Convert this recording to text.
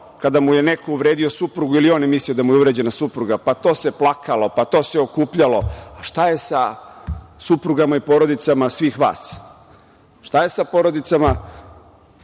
kada mu je neko uvredio suprugu, ili je on mislio da mu je uvređena supruga, pa to se plakalo, pa to se okupljalo, a šta je sa suprugama i porodicama svih vas? Šta je sa porodicama